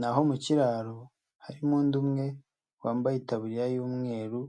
Naho mu kiraro harimo undi umwe wambaye itabiririya y'umweru...